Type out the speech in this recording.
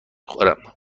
خورم